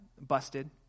busted